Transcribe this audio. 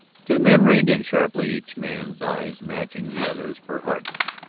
two men reined in sharply, each man's eyes matching the other's for hardness.